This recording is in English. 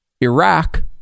iraq